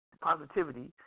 positivity